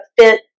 fit